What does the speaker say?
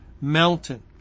mountain